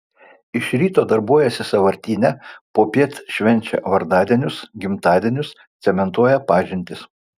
iš ryto darbuojasi sąvartyne popiet švenčia vardadienius gimtadienius cementuoja pažintis